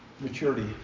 maturity